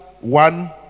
one